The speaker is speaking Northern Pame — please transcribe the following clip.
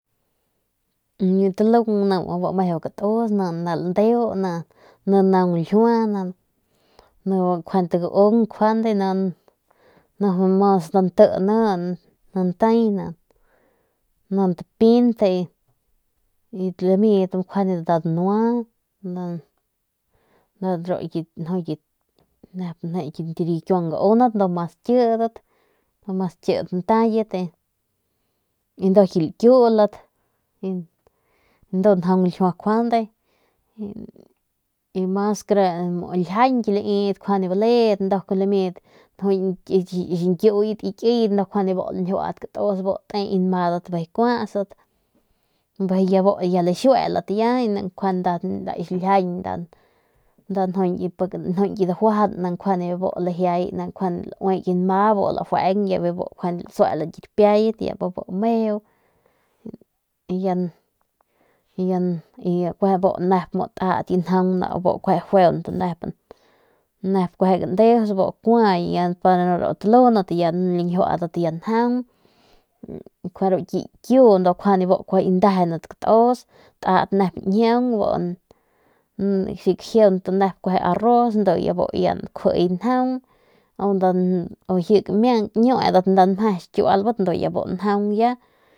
Biu talung ni bu meu katus ni naung ljiua biu gaung kjuande mas nti ni pint lamidat kjuande mjau danua ru kit rakiuang gaunat ni mas kidat ndu mas kidat ntayat ndu si lakiulat ndu njaung ljiua nkjuande ru ljiaky laidat baledat nduk lamidat liyet ru bu kuaju kuatsat bijiy ya bu laxuelat ya nda ki xiljiañ nda ju ki dajuajan ni kjuande be bu lajiay lame ki nma lajueng bu laxuelat u ya nip mje ya kueje bu tat njaung nep nau bu stajuent nep bu gandes bu kua pa ru talundat y ya lanjiualat njaung y kjuande biu nku bu kuaju ndejenat katus bu tat nep njiaung bu nep lajieunt arroz bu jiy meje ljiua xiñjielbat ya bebu y lañjiualat.